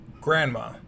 Grandma